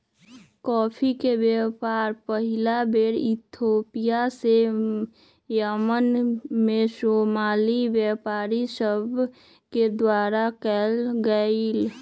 coffee के व्यापार पहिल बेर इथोपिया से यमन में सोमाली व्यापारि सभके द्वारा कयल गेलइ